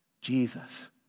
Jesus